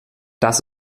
das